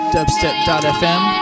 Dubstep.fm